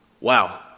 Wow